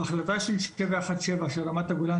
בהחלטה של 717 של רמת הגולן,